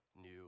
new